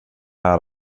här